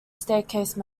staircase